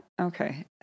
Okay